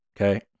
okay